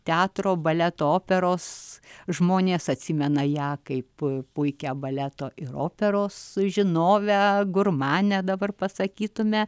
teatro baleto operos žmonės atsimena ją kaip puikią baleto ir operos žinovę gurmanę dabar pasakytume